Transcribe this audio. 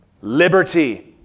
Liberty